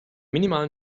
minimalen